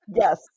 Yes